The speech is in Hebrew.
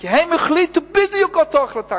כי הם החליטו בדיוק אותה החלטה.